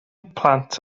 plant